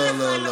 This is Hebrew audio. לא.